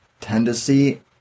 tendency